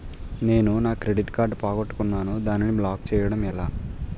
నేను నా credit card పోగొట్టుకున్నాను దానిని బ్లాక్ చేయడం ఎలా?